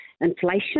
inflation